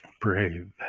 brave